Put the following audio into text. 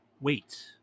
Wait